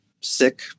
sick